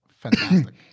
fantastic